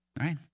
right